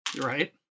Right